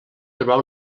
trobar